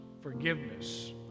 forgiveness